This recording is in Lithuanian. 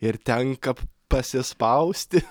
ir tenka pasispausti